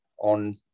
on